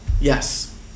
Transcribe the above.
yes